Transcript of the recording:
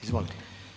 Izvolite.